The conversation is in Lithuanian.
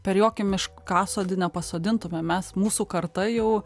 per jokį miškasodį nepasodintume mes mūsų karta jau